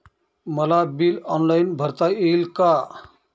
मला bill online भरता येईल का?